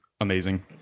amazing